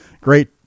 great